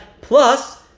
plus